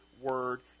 Word